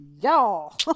Y'all